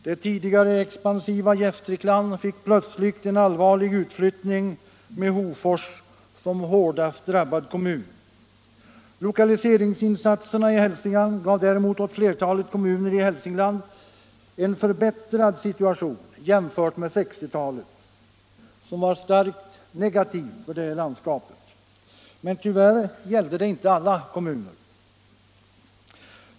Det tidigare expansiva Gästrikland fick plötsligt en allvarlig utflyttning med Hofors som hårdast drabbad kommun. Lokaliseringsinsatserna i Hälsingland gav däremot åt flertalet kommuner i Hälsingland en förbättrad situation jämfört med 1960-talet, som var starkt negativt för det landskapet. Tyvärr gällde förbättringen inte alla kommuner.